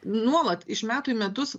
nuolat iš metų į metus